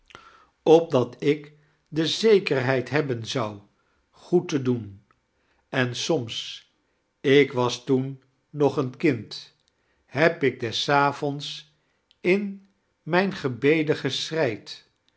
opdat ik de zekerheid hebben zou goed te doen en soms ik was toen nog een kind heb ik des avonds in mijne gebeden geschreid